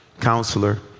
Counselor